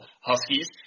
Huskies